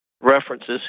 references